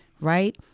right